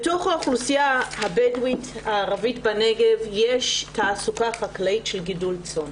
בתוך האוכלוסייה הבדואית הערבית בנגב יש תעסוקה חקלאית של גידול צאן.